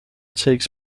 takes